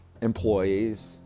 employees